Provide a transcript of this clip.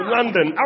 London